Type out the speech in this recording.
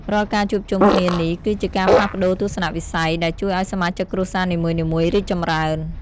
រាល់ការជួបជុំគ្នានេះគឺជាការផ្លាស់ប្តូរទស្សនៈវិស័យ ដែលជួយឱ្យសមាជិកគ្រួសារនីមួយៗរីកចម្រើន។